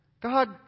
God